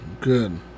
Good